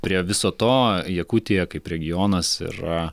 prie viso to jakutija kaip regionas yra